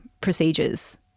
procedures